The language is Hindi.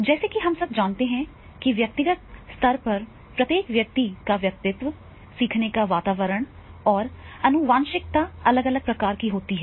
जैसा कि हम सभी जानते हैं कि व्यक्तिगत स्तर पर प्रत्येक व्यक्ति का व्यक्तित्व सीखने का वातावरण और आनुवंशिकता अलग अलग प्रकार की होती है